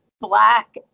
black